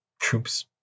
troops